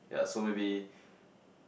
yeah so maybe